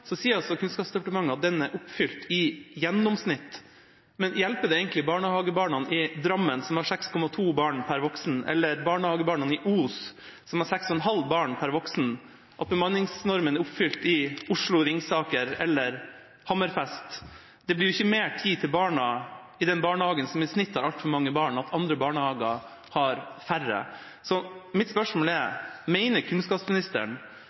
sier altså Kunnskapsdepartementet at den er oppfylt i gjennomsnitt. Men hjelper det egentlig barnehagebarna i Drammen, som har 6,2 barn per voksen, eller barnehagebarna i Os, som har 6,5 barn per voksen, at bemanningsnormen er oppfylt i Oslo, Ringsaker eller Hammerfest? Det blir jo ikke mer tid til barna i den barnehagen som i gjennomsnitt har altfor mange barn, av at andre barnehager har færre. Så mitt spørsmål er: Mener kunnskapsministeren